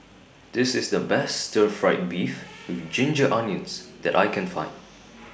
This IS The Best Stir Fried Beef with Ginger Onions that I Can Find